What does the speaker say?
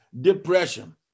depression